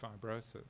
fibrosis